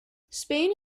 spain